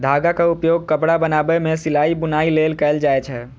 धागाक उपयोग कपड़ा बनाबै मे सिलाइ, बुनाइ लेल कैल जाए छै